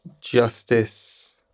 Justice